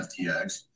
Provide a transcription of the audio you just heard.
FTX